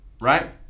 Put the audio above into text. right